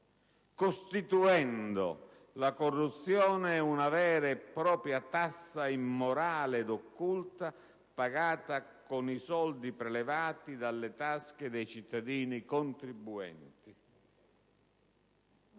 costituendo la corruzione una vera e propria tassa immorale ed occulta pagata con i soldi prelevati dalle tasche dei cittadini contribuenti.